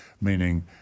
meaning